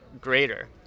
greater